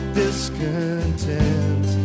discontent